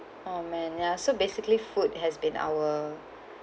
oh man yeah so basically food has been our